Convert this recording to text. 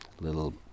Little